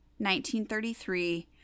1933